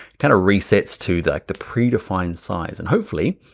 kind of resets to the the predefined size and hopefully,